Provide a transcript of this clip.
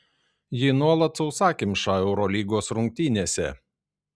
ji nuolat sausakimša eurolygos rungtynėse